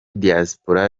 diaspora